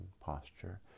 posture